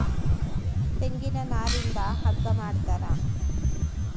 ತೆಂಗಿನ ನಾರಿಂದ ಹಗ್ಗ ಮಾಡ್ತಾರ